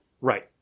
Right